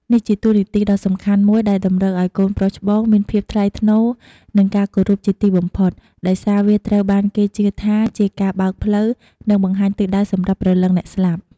នេះជាតួនាទីដ៏សំខាន់មួយដែលតម្រូវឲ្យកូនប្រុសច្បងមានភាពថ្លៃថ្នូរ និងការគោរពជាទីបំផុត ដោយសារវាត្រូវបានគេជឿថាជាការបើកផ្លូវ និងបង្ហាញទិសដៅសម្រាប់ព្រលឹងអ្នកស្លាប់។